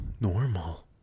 normal